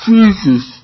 Jesus